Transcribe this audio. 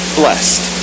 blessed